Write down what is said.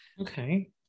okay